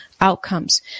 outcomes